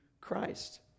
Christ